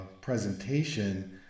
presentation